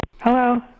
Hello